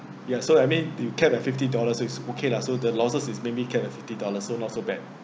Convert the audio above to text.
ya so I mean you cap at fifty dollars it's okay lah so the losses is maybe capped at fifty dollar so not so bad